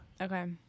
Okay